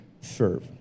serve